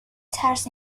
ترس